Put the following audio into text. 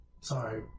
sorry